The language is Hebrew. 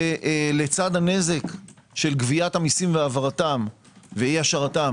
ולצד הנזק של גביית המיסים ואי השארתם